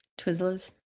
Twizzlers